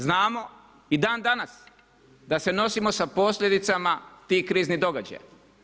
Znamo i dan danas da se nosimo sa posljedicama tih kriznih događaja.